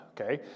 okay